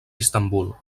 istanbul